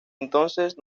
entonces